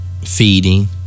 feeding